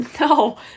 no